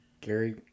Gary